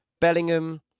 Bellingham